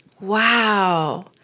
Wow